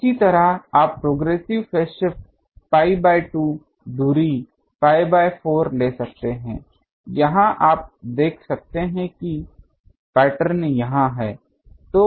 इसी तरह आप progressive phase shift pi by 2 दूरी pi बाय 4 ले सकते हैं यहां आप देख सकते हैं कि पैटर्न यहां है